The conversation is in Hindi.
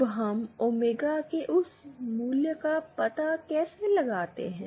अब हम ओमेगा के उस मूल्य का पता कैसे लगाते हैं